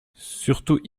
surtout